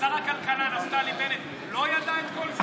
שר הכלכלה נפתלי בנט לא ידע את כל זה?